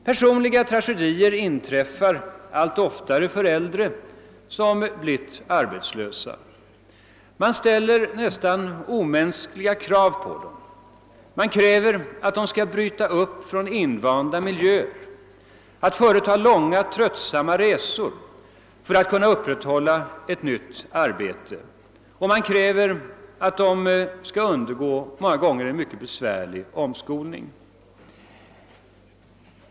Personliga tragedier inträffar allt oftare för äldre som blivit arbetslösa. Man ställer nästan omänskliga krav på dem. Man kräver att de skall bryta upp från invanda miljöer, att de skall företa långa, tröttsamma resor för att kunna upprätthålla ett nytt arbete och att de skall undergå en många gånger mycket besvärlig omskolning.